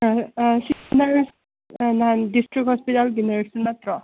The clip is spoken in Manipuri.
ꯁꯤꯁꯦ ꯅꯔꯁ ꯗꯤꯁꯇ꯭ꯔꯤꯛ ꯍꯣꯁꯄꯤꯇꯥꯜꯒꯤ ꯅꯔꯁꯇꯨ ꯅꯠꯇ꯭ꯔꯣ